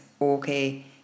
okay